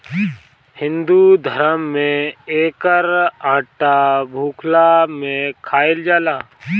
हिंदू धरम में एकर आटा भुखला में खाइल जाला